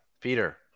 Peter